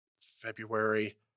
February